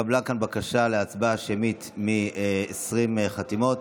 התקבלה כאן בקשה להצבעה שמית מ-20 חתימות.